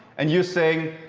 and you say,